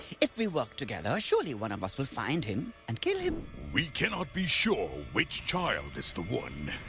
if we work together, surely one of us will find him and kill him. we cannot be sure which child is the one